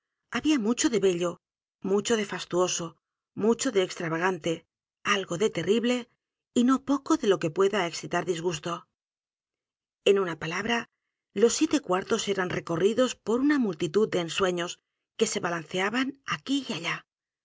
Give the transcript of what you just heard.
había mucho de bello mucho de fastuoso mucho de extravagante algo de terrible y no poco de lo que pued excitar disgusto en una palabra los siete cuartos eran recorridos por una multitud de ensueños que se balanceaban aquí y allá